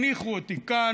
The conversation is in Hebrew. הניחו אותי כאן.